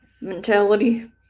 mentality